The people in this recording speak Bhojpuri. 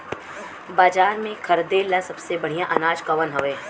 बाजार में खरदे ला सबसे बढ़ियां अनाज कवन हवे?